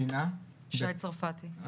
שי צרפתי, בבקשה.